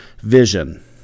vision